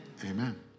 Amen